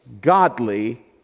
godly